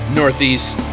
northeast